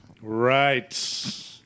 Right